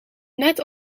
net